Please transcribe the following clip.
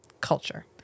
culture